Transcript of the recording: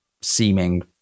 seeming